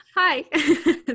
Hi